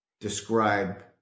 describe